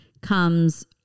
comes